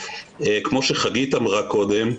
כמו שחגית אמרה קודם,